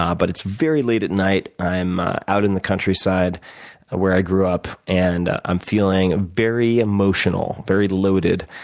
um but it's very late at night. i'm out in the countryside where i grew up, and i'm feeling very emotional, very loaded,